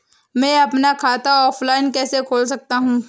मैं अपना खाता ऑफलाइन कैसे खोल सकता हूँ?